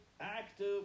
active